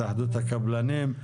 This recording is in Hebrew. התאחדות הקבלנים.